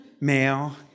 male